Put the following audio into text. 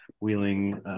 wheeling